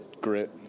grit